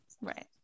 Right